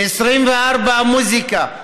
ל-24, ערוץ המוזיקה,